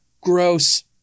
Gross